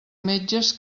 metges